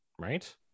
right